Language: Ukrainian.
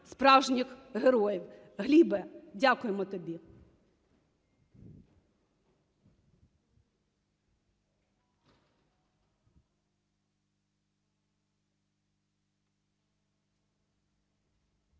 справжніх героїв. Глібе, дякуємо тобі.